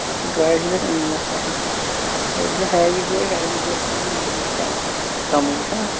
یہِ چھُ گاڑِ ہِنٛدِس أنٛجَنَس پٮ۪ٹھ کیٛازِ یہِ چھِ ہَیٚوِی گٲڑۍ ہَیٚوِی گٲڑۍ چھِ دِوان مایِلَیج چَلاوٕنۍ کَمٕے چھُنا